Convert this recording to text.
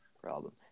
Problem